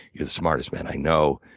you're the smartest man i know.